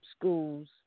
schools